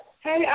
Hey